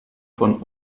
von